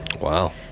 Wow